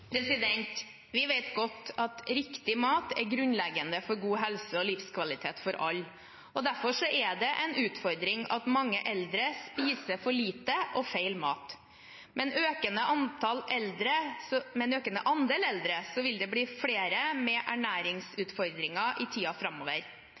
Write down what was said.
Vi vet godt at riktig mat er grunnleggende for god helse og livskvalitet for alle. Derfor er det en utfordring at mange eldre spiser for lite og feil mat. Med en økende andel eldre vil det bli flere med